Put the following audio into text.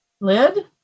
lid